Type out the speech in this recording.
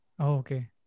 okay